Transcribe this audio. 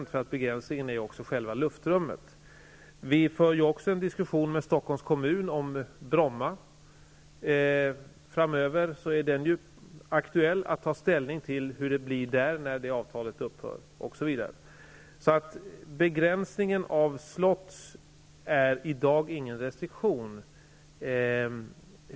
Det finns en begränsning i själva luftrummet. Vi för också en diskussion med Stockholms kommun om Bromma. Framöver blir det aktuellt att ta ställning till hur det skall bli med Bromma när det avtalet upphör, osv. Begränsningen av slots utgör i dag inte någon restriktion.